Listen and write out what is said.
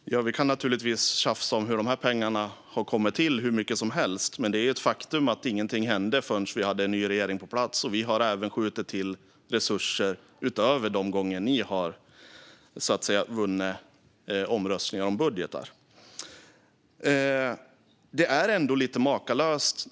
Fru talman! Vi kan naturligtvis tjafsa hur mycket som helst om hur de här pengarna har kommit till, men det är ju ett faktum att ingenting hände förrän det fanns en ny regering på plats. Den har även skjutit till resurser utöver de gånger ni har vunnit omröstningar om budgetar, Helena Bouveng.